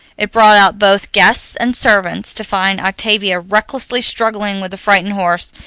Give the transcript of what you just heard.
it brought out both guests and servants, to find octavia recklessly struggling with the frightened horse,